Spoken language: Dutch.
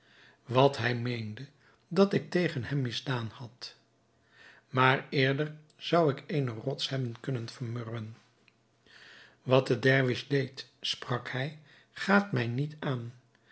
wat hij meende dat ik tegen hem misdaan had maar eerder zou ik eene rots hebben kunnen vermurven wat de dervis deed sprak hij gaat mij niet aan